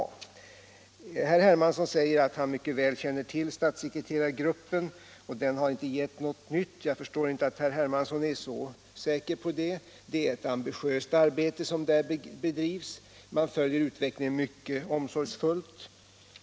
Herr Hermansson säger att han mycket väl känner till statssekreterargruppen och att den inte har gett något nytt. Jag förstår inte att herr Hermansson är så säker på det. Det är ett ambitiöst arbete gruppen bedriver. Man följer utvecklingen mycket omsorgsfullt.